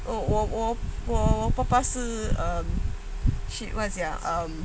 我我我我我爸爸是 shit what is it ah um